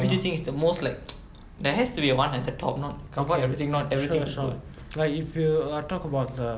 which do you think is the most like there has to be a one at the top not confirm everything not everything also like it's good